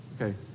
Okay